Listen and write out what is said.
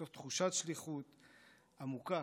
מתוך תחושת שליחות עמוקה